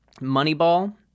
Moneyball